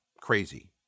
crazy